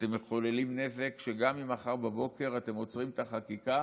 אתם מחוללים נזק כך שגם אם מחר בבוקר אתם עוצרים את החקיקה,